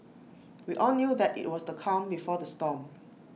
we all knew that IT was the calm before the storm